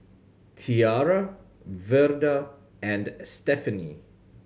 Tiarra Verda and Stephenie